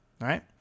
right